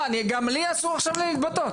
מה אני גם לי אסור עכשיו להתבטאות?